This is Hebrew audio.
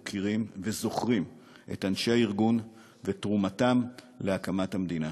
מוקירים וזוכרים את אנשי הארגון ואת תרומתם להקמת המדינה.